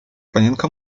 panienka